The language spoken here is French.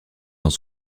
dans